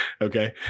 okay